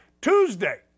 Tuesday